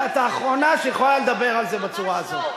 ואת האחרונה שיכולה לדבר על זה בצורה הזאת.